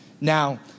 Now